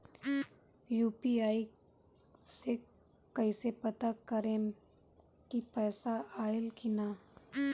UPI से कईसे पता करेम की पैसा आइल की ना?